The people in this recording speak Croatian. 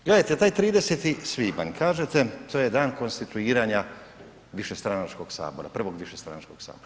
Gledajte, taj 30. svibanj, kažete to je dan konstituiranja višestranačkog Sabora, prvog višestranačkog sabora.